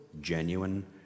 genuine